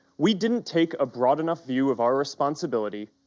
we didn't take a broad enough view of our responsibility,